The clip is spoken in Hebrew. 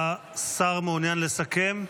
השר מעוניין לסכם?